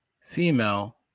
female